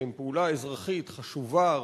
שהן פעולה אזרחית חשובה,